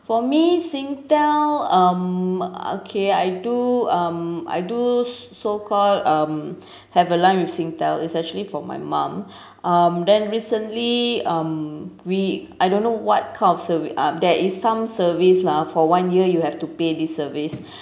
for me singtel um okay I do um I do so called um have a line with singtel it's actually for my mum um then recently um we I don't know what kind of service uh there is some service lah for one year you have to pay this service